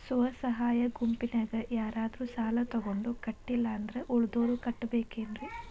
ಸ್ವ ಸಹಾಯ ಗುಂಪಿನ್ಯಾಗ ಯಾರಾದ್ರೂ ಸಾಲ ತಗೊಂಡು ಕಟ್ಟಿಲ್ಲ ಅಂದ್ರ ಉಳದೋರ್ ಕಟ್ಟಬೇಕೇನ್ರಿ?